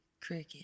Cricket